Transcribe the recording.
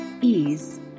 ease